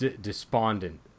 Despondent